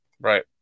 Right